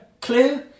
clue